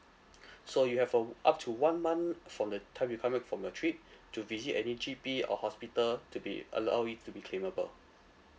so you have uh up to one month from the time you come back from a trip to visit any G_P or hospital to be allow allow it to be claimable